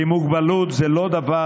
כי מוגבלות זה לא דבר